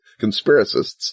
conspiracists